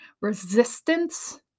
resistance